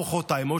מוחרתיים,